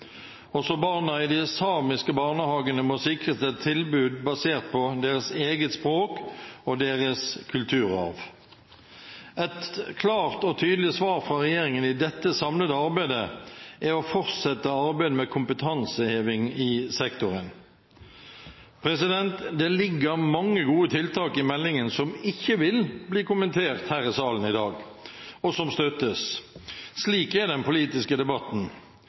Også barna i de samiske barnehagene må sikres et tilbud basert på deres eget språk og deres kulturarv. Et klart og tydelig svar fra regjeringen i dette samlede arbeidet er å fortsette arbeidet med kompetanseheving i sektoren. Det ligger mange gode tiltak i meldingen som ikke vil bli kommentert her i salen i dag, og som støttes. Slik er den politiske debatten.